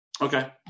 Okay